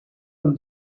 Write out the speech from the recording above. and